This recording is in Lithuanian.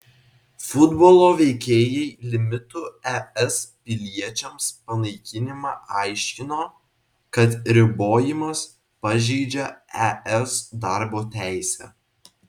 futbolo veikėjai limitų es piliečiams panaikinimą aiškino kad ribojimas pažeidžią es darbo teisę